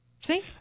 See